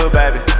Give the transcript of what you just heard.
baby